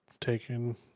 taken